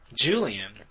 Julian